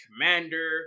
Commander